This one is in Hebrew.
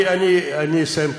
אני אסיים,